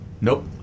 Nope